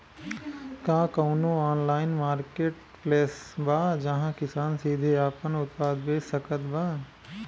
का कउनों online marketplace बा जहां किसान सीधे आपन उत्पाद बेच सकत बा?